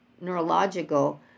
neurological